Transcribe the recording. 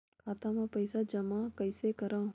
खाता म पईसा जमा कइसे करव?